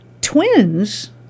Twins